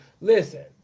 Listen